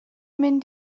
mynd